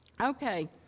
Okay